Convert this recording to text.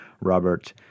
Robert